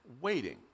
waiting